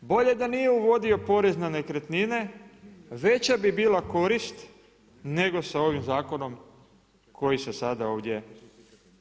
bolje da nije uvodio porez na nekretnine veća bi bila korist nego sa ovim zakonom koji se sada ovdje